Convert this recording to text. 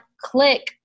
click